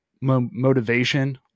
motivation